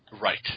Right